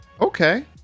Okay